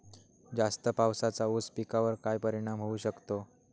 जास्त पावसाचा ऊस पिकावर काय परिणाम होऊ शकतो?